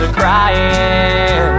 crying